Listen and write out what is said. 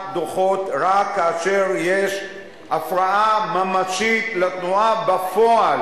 דוחות, ואחר כך צריך ללכת לעירייה לבקש את